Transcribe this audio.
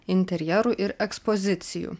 interjerų ir ekspozicijų